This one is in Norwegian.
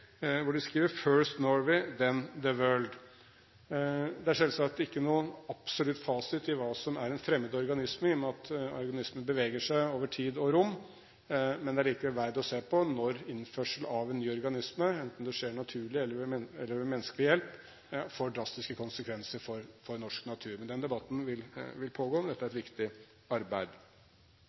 skriver: «First Norway, then the world?» Det er selvsagt ikke noen absolutt fasit på hva som er en fremmed organisme, i og med at organismer beveger seg over tid og rom, men det er likevel verdt å se på når innførsel av en ny organisme, enten det skjer naturlig eller ved menneskelig hjelp, får drastiske konsekvenser for norsk natur. Den debatten vil pågå, dette er et viktig arbeid.